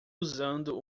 usando